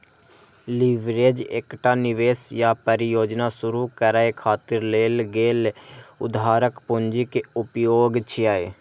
leverage एकटा निवेश या परियोजना शुरू करै खातिर लेल गेल उधारक पूंजी के उपयोग छियै